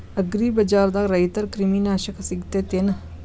ಅಗ್ರಿಬಜಾರ್ದಾಗ ರೈತರ ಕ್ರಿಮಿ ನಾಶಕ ಸಿಗತೇತಿ ಏನ್?